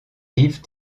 rives